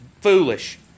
foolish